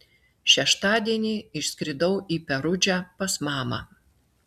šeštadienį išskridau į perudžą pas mamą